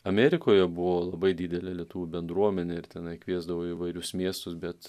amerikoje buvo labai didelė lietuvių bendruomenė ir tenai kviesdavo į įvairius miestus bet